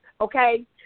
okay